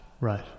Right